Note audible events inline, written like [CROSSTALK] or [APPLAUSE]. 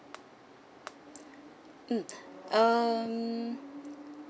mm [BREATH] um